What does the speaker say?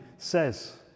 says